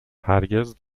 هرگز